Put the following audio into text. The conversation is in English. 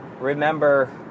remember